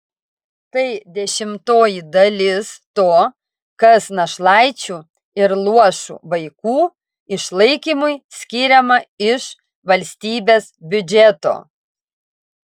tai dešimtoji dalis to kas našlaičių ir luošų vaikų išlaikymui skiriama iš valstybės biudžeto